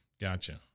Gotcha